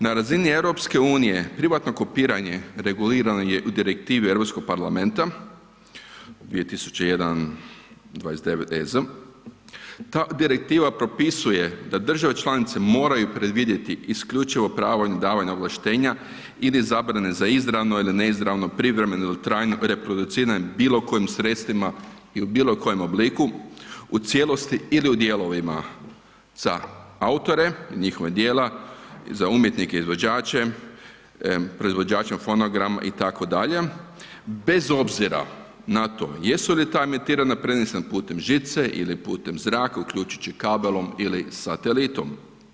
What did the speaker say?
Naime, na razini EU privatno kopiranje regulirano je u Direktivi Europskog parlamenta 2001/29 EZ, ta direktiva propisuje da države članice moraju predvidjeti isključivo pravo na davanje ovlaštenja ili zabrane za izravno ili neizravno, privremeno ili trajno reproduciranje bilo kojim sredstvima i u bilo kojem obliku u cijelosti ili u dijelovima za autore i njihovih djela, za umjetnike izvođače, proizvođače fonograma itd. bez obzira na to jesu li ta emitiranja prenesena putem žice ili putem zraka uključujući kabelom ili satelitom.